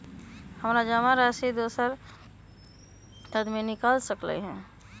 हमरा जमा राशि दोसर आदमी निकाल सकील?